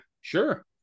Sure